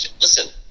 listen